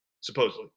supposedly